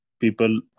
people